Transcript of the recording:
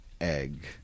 egg